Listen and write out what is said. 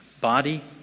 Body